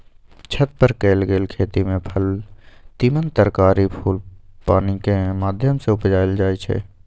छत पर कएल गेल खेती में फल तिमण तरकारी फूल पानिकेँ माध्यम से उपजायल जाइ छइ